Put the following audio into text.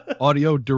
Audio